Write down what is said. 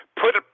Put